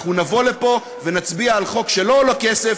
אנחנו נבוא לפה ונצביע על חוק שלא עולה כסף,